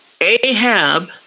Ahab